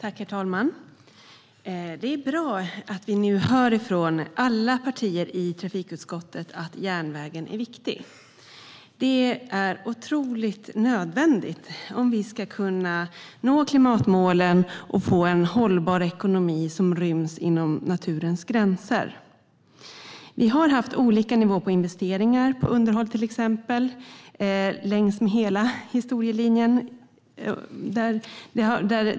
Herr talman! Det är bra att vi nu hör från alla partier i trafikutskottet att järnvägen är viktig. Det är nödvändigt om vi ska kunna nå klimatmålen och få en hållbar ekonomi som ryms inom naturens gränser. Vi har haft olika nivåer på investeringar, till exempel på underhåll, under historiens gång.